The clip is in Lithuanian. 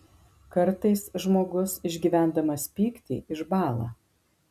kartais žmogus išgyvendamas pyktį išbąla